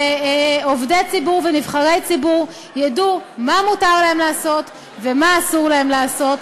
שעובדי ציבור ונבחרי ציבור ידעו מה מותר להם לעשות ומה אסור להם לעשות,